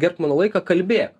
gerb mano laiką kalbė